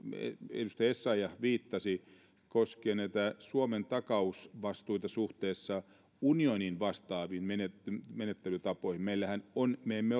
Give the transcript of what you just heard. edustaja essayah viittasi koskien näitä suomen takausvastuita suhteessa unionin vastaaviin menettelytapoihin mehän emme